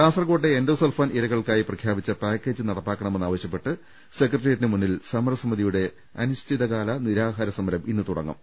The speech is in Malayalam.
കാസർകോട്ടെ എൻഡോസൾഫാൻ ഇരകൾക്കായി പ്രഖ്യാപിച്ച പാക്കേജ് നടപ്പാക്കണമെന്നാവശ്യപ്പെട്ട് സെക്രട്ടേറിയറ്റിന് മുന്നിൽ സമരസ മിതിയുടെ അനിശ്ചിതകാല നിരാഹാരസമരം ഇന്ന് തുടങ്ങും